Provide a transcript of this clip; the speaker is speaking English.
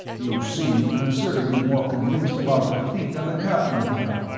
you seem considerably more convinced of our defeat than the captain, here.